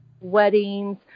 weddings